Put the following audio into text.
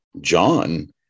John